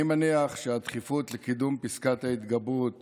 אני מניח שהדחיפות לקידום פסקת ההתגברות